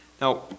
Now